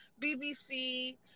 BBC